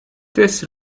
this